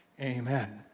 Amen